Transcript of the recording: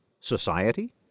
Society